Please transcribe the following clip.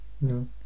No